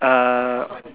err